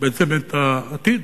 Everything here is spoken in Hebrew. בעצם את העתיד.